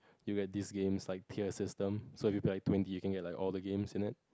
you get these games like tier system so if you pay like twenty you can get all the games in it